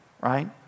right